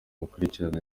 bakurikirana